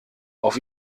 auf